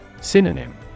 Synonym